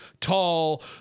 tall